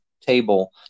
table